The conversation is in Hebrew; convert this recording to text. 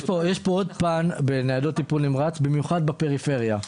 יש עוד פן בניידות טיפול נמרץ, במיוחד בפריפריה.